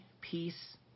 peace